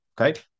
okay